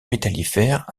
métallifères